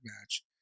match